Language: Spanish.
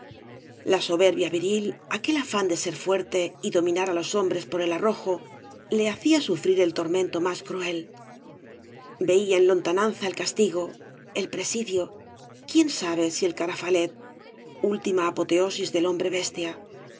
la soberbia viril aquel afán de ser fuerte y donainar á los hombree por el arrojo le hacía sufrir el tormento más cruel veía en lontananza el castigo el presidio quiéo sabe si el carafálet última apoteosis del